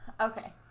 okay